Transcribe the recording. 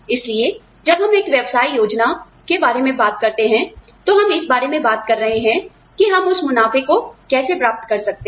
इसलिए जब हम एक व्यवसाय योजना के बारे में बात करते हैं तो हम इस बारे में बात कर रहे हैं कि हम उस मुनाफे को कैसे प्राप्त कर सकते हैं